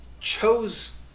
Chose